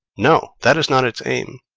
no! that is not its aim.